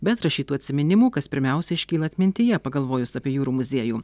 bet rašytų atsiminimų kas pirmiausia iškyla atmintyje pagalvojus apie jūrų muziejų